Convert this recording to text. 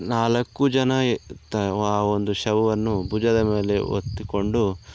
ನಾಲ್ಕು ಜನ ಆ ಒಂದು ಶವವನ್ನು ಭುಜದ ಮೇಲೆ ಹೊತ್ತುಕೊಂಡು